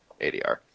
ADR